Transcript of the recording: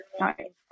right